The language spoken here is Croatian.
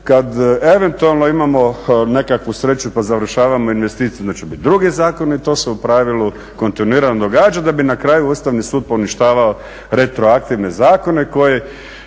kad eventualno imamo nekakvu sreću pa završavamo investiciju onda će biti drugi zakonu. To se u pravilu kontinuirano događa, da bi na kraju Ustavni sud poništavao retroaktivne zakone koji